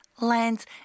lands